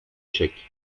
chèques